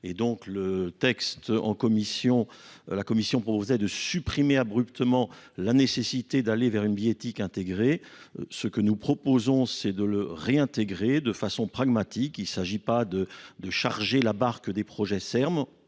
et donc le texte en commission la Commission proposait de supprimer abruptement la nécessité d'aller v. une biotique intégrée. Ce que nous proposons, c'est de le réintégrer de façon pragmatique il ne s'agit pas de charger la barque des projets Serm